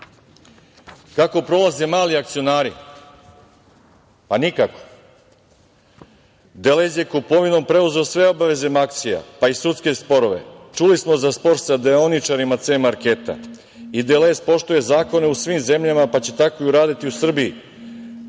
prolaze mali akcionari? Nikako. „Deleze“ je kupovinom preuzeo sve obaveze „Maksija“, pa i sudske sporove. Čuli smo za spor sa deoničarima „C-marketa“ i „Delez“ poštuje zakone u svim zemljama pa će tako uraditi i